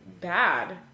bad